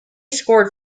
scored